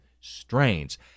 strains